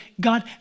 God